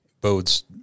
bodes